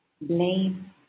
blame